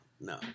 no